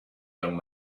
young